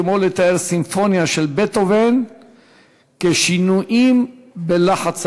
כמו לתאר סימפוניה של בטהובן כשינויים בלחץ האוויר.